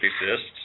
exists